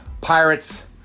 Pirates